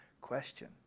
question